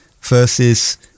versus